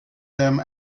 them